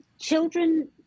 children